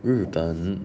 日本